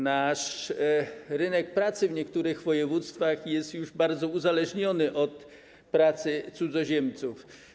Nasz rynek pracy w niektórych województwach jest już bardzo uzależniony od pracy cudzoziemców.